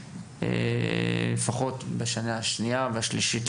לפחות בשנה השנייה והשלישית.